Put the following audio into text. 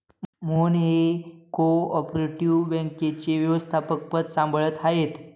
मोहन हे cooperative बँकेचे व्यवस्थापकपद सांभाळत आहेत